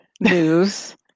news